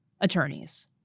attorneys